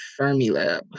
Fermilab